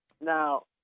Now